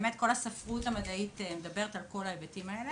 אז באמת כל הספרות המדעית מדברת על כל ההיבטים האלה.